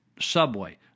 subway